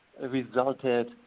resulted